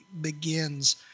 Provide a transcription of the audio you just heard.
begins